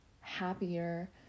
happier